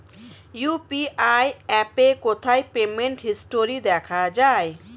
UPI অ্যাপে কোথায় payment history দেখা যায়?